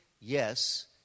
yes